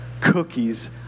cookies